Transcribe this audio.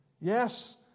Yes